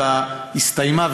אלא הסתיימה,